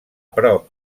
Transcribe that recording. prop